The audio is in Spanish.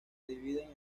dividen